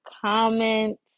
comment